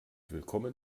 willkommen